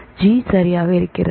G சரியாக இருக்கிறது